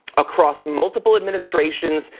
across multiple administrations,